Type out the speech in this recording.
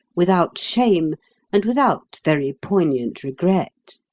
without shame and without very poignant regret.